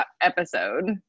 episode